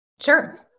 Sure